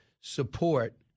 support